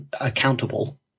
accountable